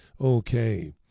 Okay